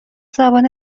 زبان